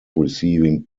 receiving